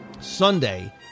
Sunday